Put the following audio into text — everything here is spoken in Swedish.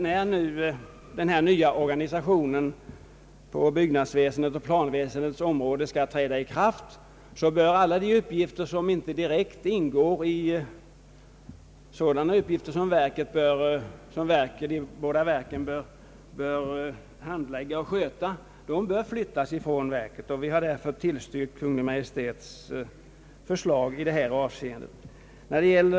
När den nya organisationen på byggnadsväsendets och planväsendets område nu skall träda i kraft, anser vi att alla de uppgifter som inte direkt ingår i sådana ärenden som de båda verken har att sköta, bör flyttas bort från verken. Vi har därför tillstyrkt Kungl. Maj:ts förslag i detta avseende.